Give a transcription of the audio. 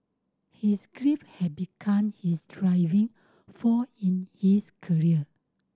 his grief had become his driving force in his career